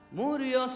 murió